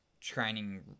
training